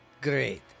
great